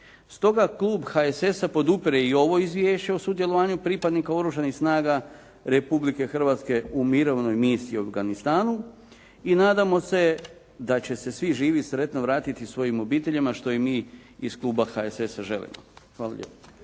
Stoga klub HSS-a podupire i ovo Izvješće o sudjelovanju pripadnika Oružanih snaga Republike Hrvatske u Mirovnoj misiji u Afganistanu i nadamo se da će se svi živi sretno vratiti svojim obiteljima što mi iz klub HSS-a želimo. Hvala lijepa.